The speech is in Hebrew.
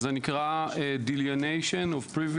זה נקרא delineation of privileges